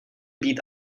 být